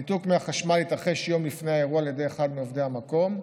הניתוק מהחשמל התרחש יום לפני האירוע על ידי אחד מעובדי המקום,